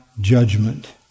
judgment